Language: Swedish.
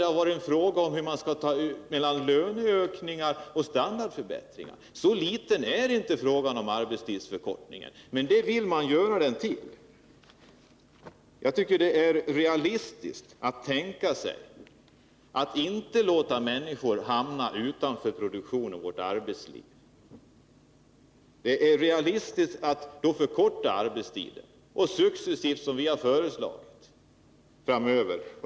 Det har gjorts tillen fråga om avvägningen mellan löneökningar och standardförbättringar. Så liten är inte alls frågan om arbetslivsförkortningen! Men det vill man göra den. Jag tycker att det är realistiskt att tänka sig att inte låta människor hamna utanför produktionen och arbetslivet. Det är realistiskt att då i stället successivt förkorta arbetstiden, som vi har föreslagit.